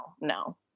no